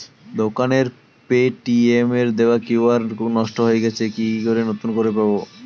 দোকানের পেটিএম এর দেওয়া কিউ.আর নষ্ট হয়ে গেছে কি করে নতুন করে পাবো?